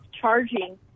charging